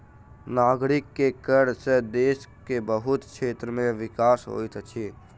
नागरिक के कर सॅ देश के बहुत क्षेत्र के विकास होइत अछि